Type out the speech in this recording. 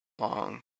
long